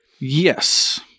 Yes